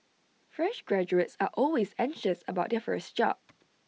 fresh graduates are always anxious about their first job